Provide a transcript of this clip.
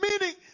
Meaning